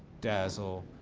dazzle,